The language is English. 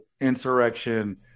insurrection